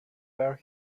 where